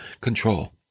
control